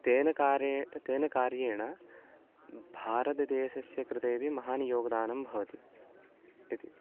तेन कारे तेन कार्येण भारतदेशस्य कृतेऽपि महान् योगदानं भवति इति